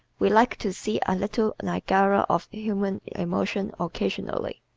we like to see a little niagara of human emotion occasionally.